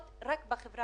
למה לא לוקחים בחשבון